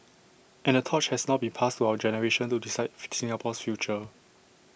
and the torch has now been passed to our generation to decide Singapore's future